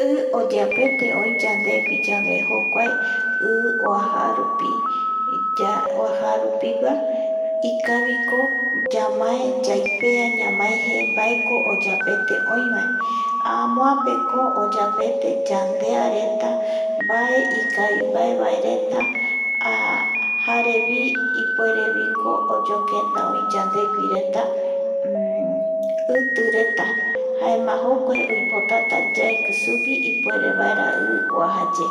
I oyeapete oi yandeguiyave jokua i oaja rupi ya oajarupigua, ikaviko yamae yaipea ñamae je mbaepa ko ombotapa oi vae, amoapeko oyeapete yandeareta mbae ikavimbaereta jarevi ipuereviko oyokenda oi yandeguireta itireta jaema jokua oipotata yaeki sugui, ipuerevaera i oajaye